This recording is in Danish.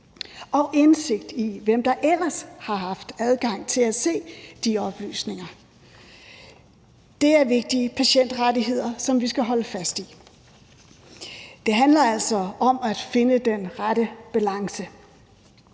og indsigt i, hvem der ellers har haft adgang til at se de oplysninger. Det er vigtige patientrettigheder, som vi skal holde fast i. Det handler altså om at finde den rette balance.